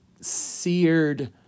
seared